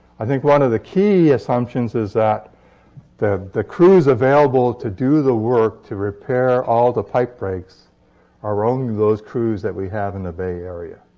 i think one of the key assumptions is that the the crews available to do the work to repair all the pipe breaks are only those crews that we have in the bay area.